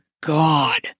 God